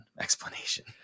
explanation